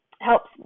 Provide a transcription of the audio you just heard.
helps